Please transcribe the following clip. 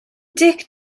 dic